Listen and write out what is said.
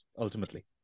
ultimately